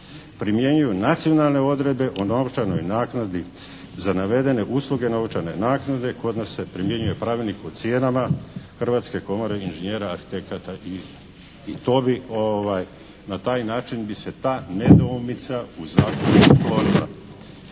primjenjuju nacionalne odredbe o novčanoj naknadi za navedene usluge novčane naknade, kod nas se primjenjuje Pravilnik o cijenama Hrvatske komore inžinjera, arhitekata i, i to bi na taj način bi se ta nedoumica u zakonu otklonila.